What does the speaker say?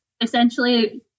essentially